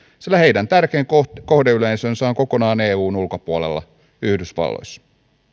sillä heidän tärkein kohdeyleisönsä on kokonaan eun ulkopuolella yhdysvalloissa